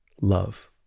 love